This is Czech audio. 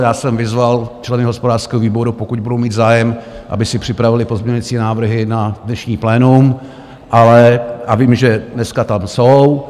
Já jsem vyzval členy hospodářského výboru, pokud budou mít zájem, aby si připravili pozměňovací návrhy na dnešní plénum, a vím, že dneska tam jsou.